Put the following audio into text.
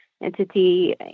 entity